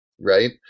right